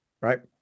Right